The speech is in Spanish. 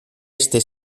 este